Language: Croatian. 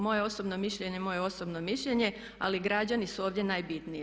Moje osobno mišljenje je moje osobno mišljenje ali građani su ovdje najbitniji.